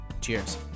Cheers